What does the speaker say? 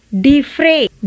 defray